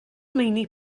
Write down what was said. meini